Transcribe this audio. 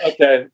Okay